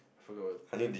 forgot what then